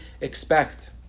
expect